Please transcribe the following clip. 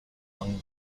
lung